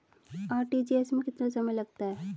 RTGS में कितना समय लगता है?